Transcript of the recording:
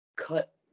Cut